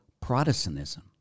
Protestantism